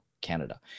Canada